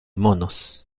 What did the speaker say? monos